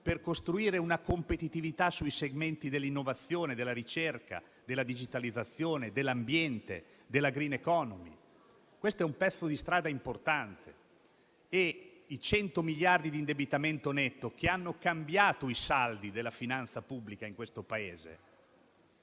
per costruire una competitività sui segmenti dell'innovazione, della ricerca, della digitalizzazione, dell'ambiente e della *green economy*. È un pezzo di strada importante. Credo altresì che i 100 miliardi di indebitamento netto, che hanno cambiato i saldi della finanza pubblica in questo Paese,